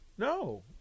No